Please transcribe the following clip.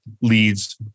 leads